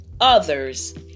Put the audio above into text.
others